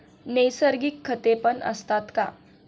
नैसर्गिक खतेपण असतात का?